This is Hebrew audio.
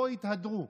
ובו התהדרו.